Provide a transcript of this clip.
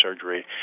surgery